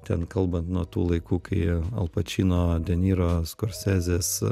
ten kalbant nuo tų laikų kai al pačino ten yra skorsezės